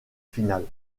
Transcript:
finales